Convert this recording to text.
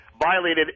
Violated